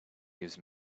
gives